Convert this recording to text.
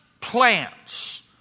plants